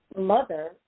mother